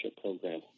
Program